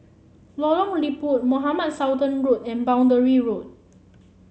Lorong Liput Mohamed Sultan Road and Boundary Road